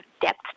depth